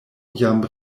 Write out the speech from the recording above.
jam